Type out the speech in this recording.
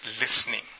Listening